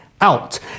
out